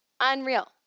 Unreal